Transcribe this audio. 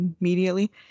immediately